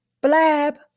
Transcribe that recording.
Blab